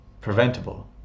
preventable